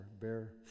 bear